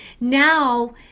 Now